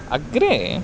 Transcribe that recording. अग्रे